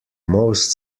most